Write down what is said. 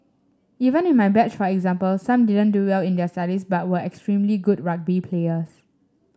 even in my batch for example some didn't do well in their studies but were extremely good rugby players